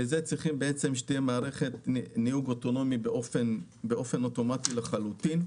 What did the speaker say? לזה צריך מערכת של ניהוג אוטונומי באופן אוטומטי לחלוטין.